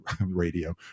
radio